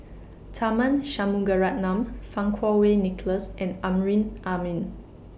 Tharman Shanmugaratnam Fang Kuo Wei Nicholas and Amrin Amin